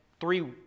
three